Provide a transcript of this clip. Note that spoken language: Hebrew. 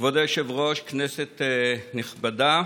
כבוד היושב-ראש, כנסת נכבדה,